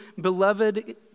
beloved